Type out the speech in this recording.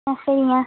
ஆ சரிங்க